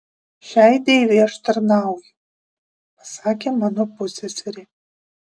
šiai deivei aš tarnauju pasakė mano pusseserė